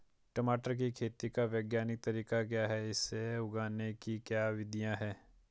टमाटर की खेती का वैज्ञानिक तरीका क्या है इसे उगाने की क्या विधियाँ हैं?